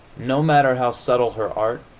no matter how subtle her art,